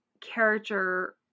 character